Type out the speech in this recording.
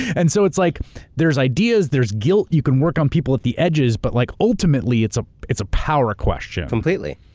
and so it's like there's ideas, there's guilt, you can work on people at the edges, but like ultimately it's ah it's a power question. completely.